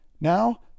Now